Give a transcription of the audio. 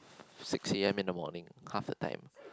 six A_M in the morning half the time